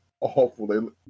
awful